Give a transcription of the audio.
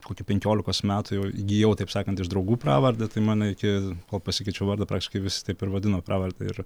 kokių penkiolikos metų jau įgijau taip sakant iš draugų pravardę tai mane iki kol pasikeičiau vardą praktiškai visi taip ir vadino pravarde ir